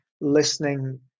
listening